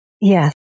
yes